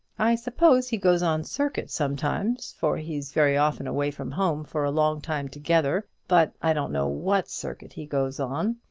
i suppose he goes on circuit sometimes, for he's very often away from home for a long time together but i don't know what circuit he goes on.